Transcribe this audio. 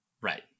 Right